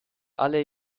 alle